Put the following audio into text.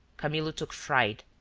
camillo took fright,